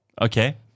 Okay